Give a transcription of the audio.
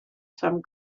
some